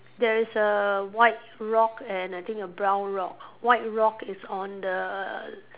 there is a white rock and I think a brown rock white rock is on the